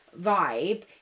vibe